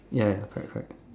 ya ya correct correct